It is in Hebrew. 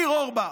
ניר אורבך.